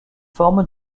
forme